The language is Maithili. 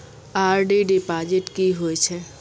आर.डी डिपॉजिट की होय छै?